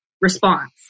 response